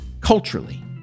culturally